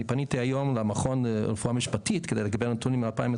אני פניתי היום למכון לרפואה משפטית כדי לקבל נתונים מ-2021.